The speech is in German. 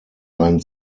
einen